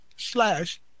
slash